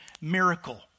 miracle